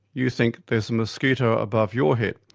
you think there's a mosquito above your head.